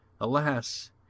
Alas